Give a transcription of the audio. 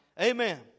Amen